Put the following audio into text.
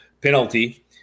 penalty